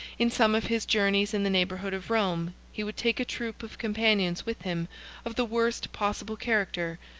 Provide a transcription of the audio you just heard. in some of his journeys in the neighborhood of rome, he would take a troop of companions with him of the worst possible character,